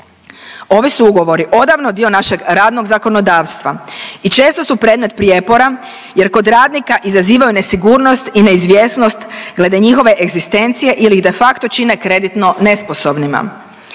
Ovi su ugovori odavno dio našeg radnog zakonodavstva i često su predmet prijepora jer kod radnika izazivaju nesigurnost i neizvjesnost glede njihove egzistencije ili ih de facto čine kreditno nesposobnima.